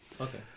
Okay